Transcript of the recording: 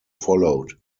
followed